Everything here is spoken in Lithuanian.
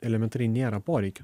elementariai nėra poreikio